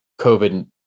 COVID